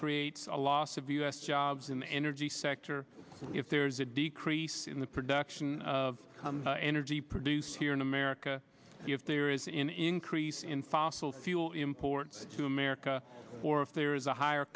creates a loss of u s jobs in the energy sector if there's a decrease in the production of energy produced here in america if there is an increase in fossil fuel imports to america or if there is a higher